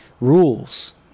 rules